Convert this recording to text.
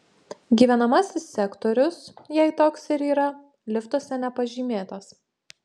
gyvenamasis sektorius jei toks ir yra liftuose nepažymėtas